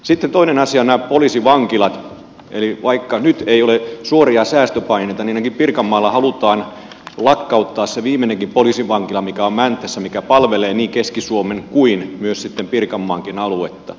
sitten toinen asia on poliisivankilat eli vaikka nyt ei ole suoria säästöpaineita niin ainakin pirkanmaalla halutaan lakkauttaa se viimeinenkin poliisivankila mikä on mäntässä mikä palvelee niin keski suomen kuin myös sitten pirkanmaankin aluetta